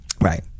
right